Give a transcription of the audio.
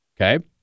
okay